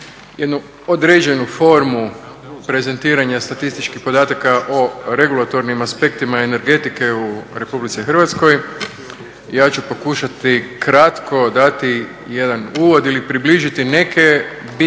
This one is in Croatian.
jednu određenu formu prezentiranja statističkih podataka o regulatornim aspektima energetike u Republici Hrvatskoj. Ja ću pokušati kratko dati jedan uvod ili približiti neke bitne